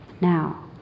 Now